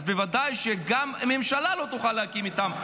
בוודאי שגם ממשלה לא תוכל להקים איתם.